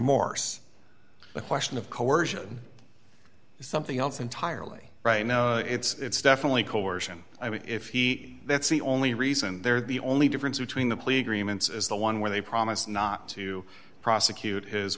remorse a question of coersion something else entirely right no it's definitely coercion i mean if he that's the only reason they're the only difference between the plea agreements is the one where they promise not to prosecute his